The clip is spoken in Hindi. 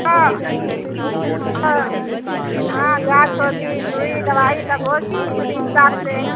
हो हो हाँ जांच होगी सुई दवाई तब होगी उसी हिसाब से